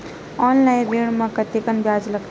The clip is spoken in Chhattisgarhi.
ऑनलाइन ऋण म कतेकन ब्याज लगथे?